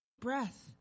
breath